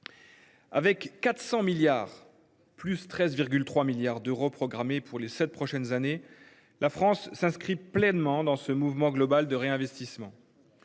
Avec 400 milliards, plus 13, 3 milliards d'euros reprogrammer pour les 7 prochaines années. La France s'inscrit pleinement dans ce mouvement global de réinvestissement.